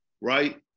right